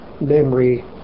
memory